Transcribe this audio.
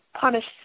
punished